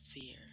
fear